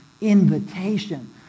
invitation